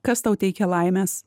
kas tau teikia laimės